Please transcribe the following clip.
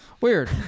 weird